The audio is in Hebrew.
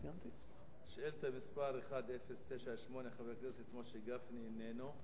שאילתא מס' 1098, חבר הכנסת משה גפני, איננו.